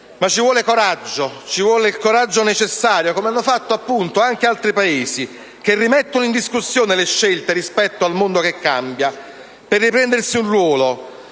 di sempre, ma ci vuole il coraggio necessario che hanno avuto altri Paesi che rimettono in discussione le scelte rispetto al mondo che cambia per riprendersi un ruolo: